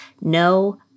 no